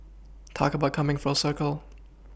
talk about coming full circle